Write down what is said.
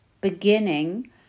beginning